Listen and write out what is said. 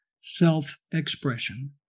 self-expression